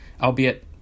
albeit